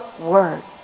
words